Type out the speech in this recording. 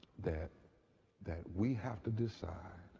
that that we have to decide